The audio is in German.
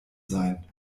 sein